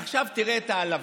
עכשיו, תראה את ההעלבה.